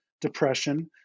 depression